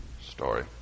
story